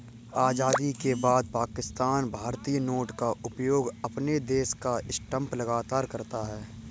आजादी के बाद पाकिस्तान भारतीय नोट का उपयोग अपने देश का स्टांप लगाकर करता था